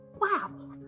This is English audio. Wow